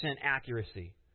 accuracy